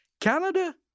Canada